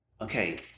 okay